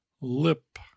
lip